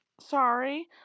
Sorry